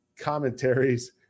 commentaries